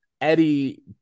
Eddie